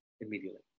immediately